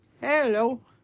Hello